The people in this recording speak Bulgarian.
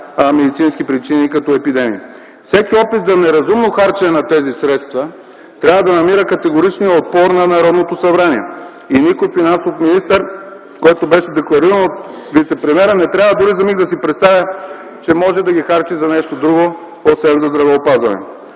на медицински причини като епидемии. Всеки опит за неразумно харчене на тези средства трябва да намира категоричния отпор на Народното събрание и никой финансов министър, което беше декларирано от вицепремиера, не трябва дори за миг да си представя, че може да ги харчи за нещо друго, освен за здравеопазване.